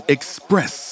Express